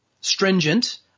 stringent